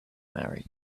marry